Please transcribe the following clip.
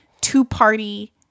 two-party